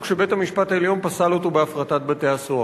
שבית-המשפט העליון פסל בהפרטת בתי-הסוהר.